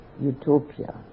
utopia